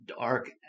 dark